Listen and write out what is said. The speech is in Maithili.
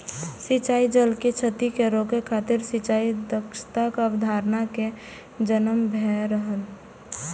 सिंचाइ जल के क्षति कें रोकै खातिर सिंचाइ दक्षताक अवधारणा के जन्म भेल रहै